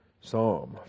Psalm